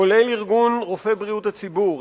כולל ארגון רופאי בריאות הציבור,